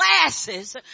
glasses